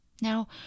Now